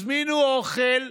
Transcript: הזמינו אוכל,